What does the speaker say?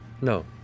No